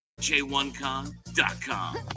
j1con.com